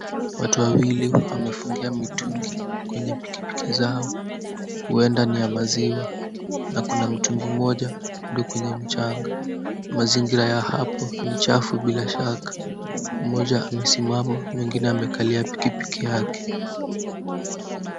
Watu wawili wamefungia mitungi kwenye pikipiki zao, huenda ni ya maziwa na kuna mtungi mmoja bado kwenye mchanga. Mazingira ya hapo ni chafu bila shaka ,mmoja amesimama mwingine amekalia pikipiki yake.